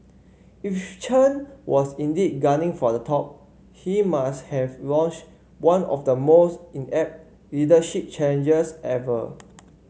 if Chen was indeed gunning for the top he must have launched one of the most inept leadership challenges ever